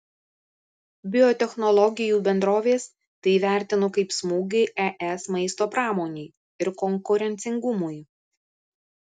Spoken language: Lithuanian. biotechnologijų bendrovės tai įvertino kaip smūgį es maisto pramonei ir konkurencingumui